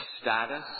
Status